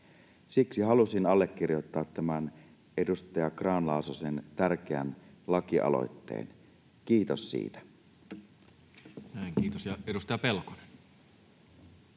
Siksi halusin allekirjoittaa tämän edustaja Grahn-Laasosen tärkeän lakialoitteen — kiitos siitä. Näin, kiitos. — Ja edustaja Pelkonen.